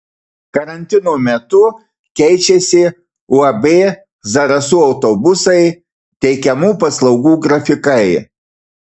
karantino metu keičiasi uab zarasų autobusai teikiamų paslaugų grafikai